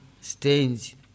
strange